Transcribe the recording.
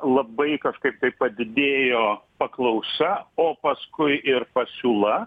labai kažkaip tai padidėjo paklausa o paskui ir pasiūla